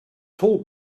toll